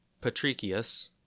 Patricius